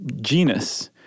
genus